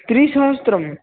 त्रिसहस्रम्